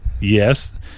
Yes